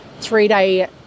three-day